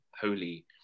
holy